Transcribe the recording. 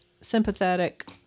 sympathetic